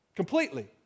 Completely